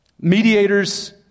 mediators